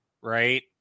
right